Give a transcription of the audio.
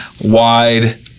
wide